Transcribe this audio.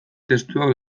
testuak